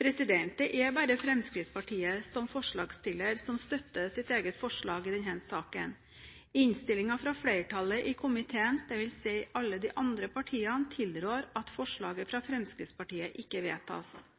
Det er bare Fremskrittspartiet som forslagsstiller som støtter forslaget i denne saken. Innstillingen fra flertallet i komiteen, dvs. alle de andre partiene, tilrår at forslaget fra Fremskrittspartiet ikke vedtas.